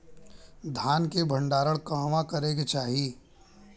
धान के भण्डारण कहवा करे के चाही?